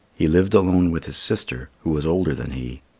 he lived alone with his sister, who was older than he.